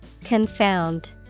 Confound